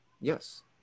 yes